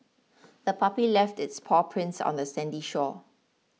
the puppy left its paw prints on the sandy shore